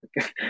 okay